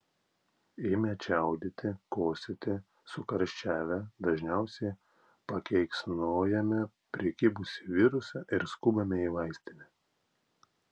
ėmę čiaudėti kosėti sukarščiavę dažniausiai pakeiksnojame prikibusį virusą ir skubame į vaistinę